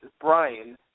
Brian